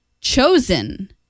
chosen